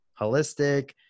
holistic